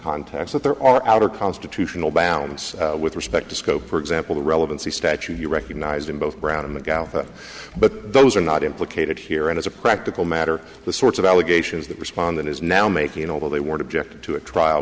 contacts that there are outer constitutional balance with respect to scope for example the relevancy statute you recognized in both brown and the golf but those are not implicated here and as a practical matter the sorts of allegations that respondent is now making although they weren't objected to a trial